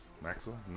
Maxwell